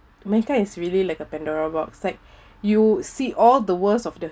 mankind is really like a pandora box like you'll see all the worst of the